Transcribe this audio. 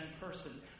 person